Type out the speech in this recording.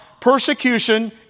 persecution